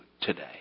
today